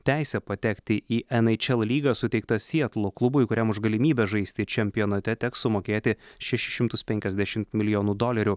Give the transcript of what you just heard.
teisę patekti į en eič el lygą suteikta sietlo klubui kuriam už galimybę žaisti čempionate teks sumokėti šešis šimtus penkiasdešimt milijonų dolerių